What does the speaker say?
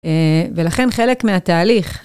ולכן חלק מהתהליך.